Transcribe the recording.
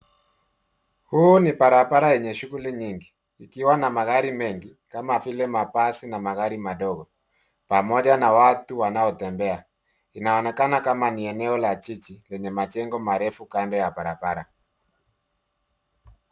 Huu ni barabara wenye shughuli nyingi ikiwa na magari mengi kama vile mabasi na magari madogo pamoja na watu wanaotembea. Inaonekana kama ni eneo la jiji lenye majengo marefu kando ya barabara.